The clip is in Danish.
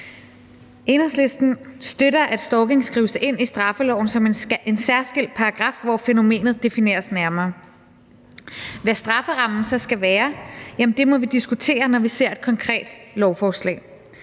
Enhedslisten støtter, at stalking skrives ind i straffeloven i en særskilt paragraf, hvor fænomenet defineres nærmere. Hvad strafferammen så skal være, må vi diskutere, når vi ser et konkret lovforslag.